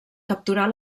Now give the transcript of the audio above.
capturar